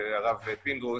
הרב פינדרוס,